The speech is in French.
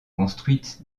construite